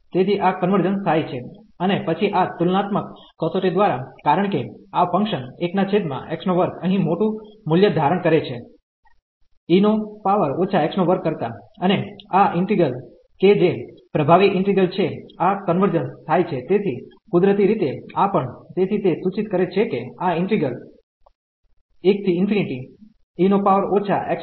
તેથી આ કન્વર્જન્સ થાય છે અને પછી આ તુલનાત્મક કસોટી દ્વારા કારણ કે આ ફંકશન 1x2 અહીં મોટું મુલ્ય ધારણ કરે છે e x2 કરતા અને આ ઈન્ટિગ્રલ કે જે પ્રભાવી ઈન્ટિગ્રલ છે આ કન્વર્જન્સ થાય છે તેથી કુદરતી રીતે આ પણ તેથી તે સૂચિત કરે છે કે આ ઈન્ટિગ્રલ કન્વર્જન્સ છે